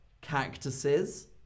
cactuses